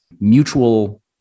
mutual